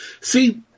See